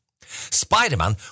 Spider-Man